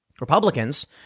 Republicans